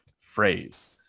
phrase